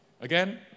again